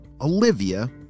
Olivia